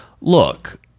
look